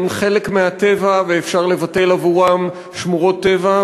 הם חלק מהטבע ואפשר לבטל עבורם שמורות טבע,